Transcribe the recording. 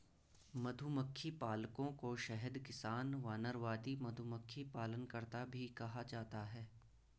मधुमक्खी पालकों को शहद किसान, वानरवादी, मधुमक्खी पालनकर्ता भी कहा जाता है